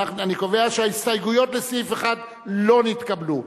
אני קובע שההסתייגויות לסעיף 1 לא נתקבלו.